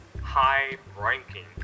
high-ranking